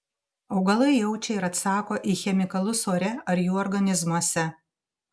augalai jaučia ir atsako į chemikalus ore ar jų organizmuose